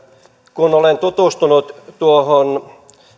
kun olen tutustunut tuohon